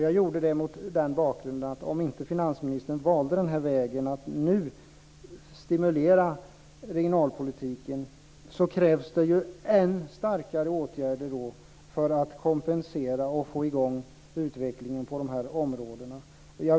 Jag gjorde det mot bakgrunden, att om finansministern inte valde vägen att nu stimulera regionalpolitiken krävs än starkare åtgärder för att kompensera och få i gång utvecklingen på områdena.